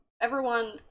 Everyone-